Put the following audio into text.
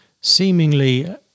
seemingly